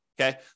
Okay